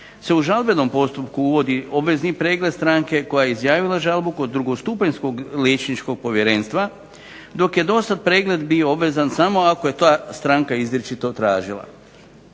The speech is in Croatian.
se u žalbenom postupku uvodi obvezni pregled stranke koja je izjavila žalbu kod drugostupanjskog liječničkog povjerenstva, dok je do sad pregled bio obvezan samo ako je to stranka izričito tražila.